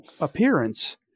appearance